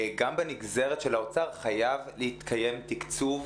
גם בנגזרת של האוצר חייב להתקיים תקצוב